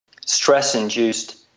Stress-induced